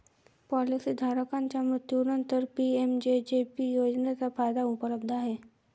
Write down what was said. policy धारकाच्या मृत्यूनंतरच PMJJB योजनेचा फायदा उपलब्ध आहे